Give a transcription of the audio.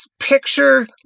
picture